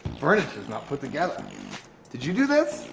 furniture's not put together you did you do this?